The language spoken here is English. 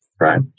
right